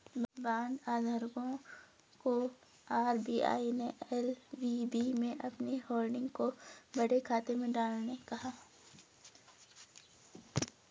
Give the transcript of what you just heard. bond धारकों को RBI ने एल.वी.बी में अपनी होल्डिंग को बट्टे खाते में डालने कहा